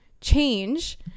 change